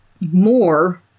more